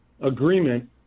agreement